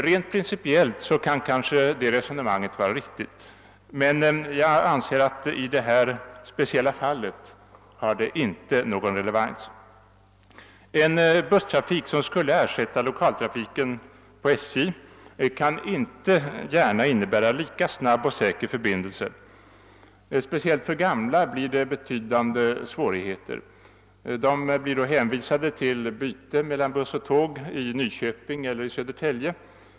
Rent principiellt kan kanske det resonemanget vara riktigt, men jag anser att i det här speciella fallet har det inte någon relevans. En busstrafik som skulle ersätta lokaltrafiken på SJ kan inte gärna innebära lika snabb och säker förbindelse. Speciellt för gamla blir det betydande svårigheter. De blir då hänvisade till byte mellan buss och tåg i Nyköping eller Södertälje.